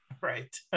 Right